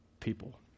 People